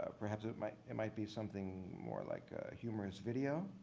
ah perhaps it might it might be something more like a humorous video.